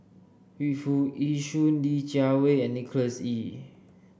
Yu Foo Yee Shoon Li Jiawei and Nicholas Ee